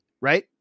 right